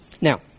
Now